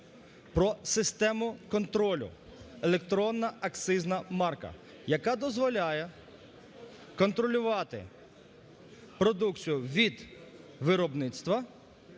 про систему контролю. Електронна акцизна марка, яка дозволяє контролювати продукцію від виробництва